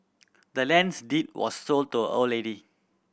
the land's deed was sold to a old lady